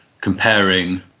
comparing